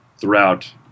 throughout